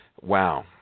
Wow